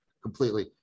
completely